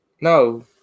No